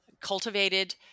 cultivated